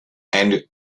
and